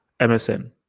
MSN